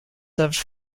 served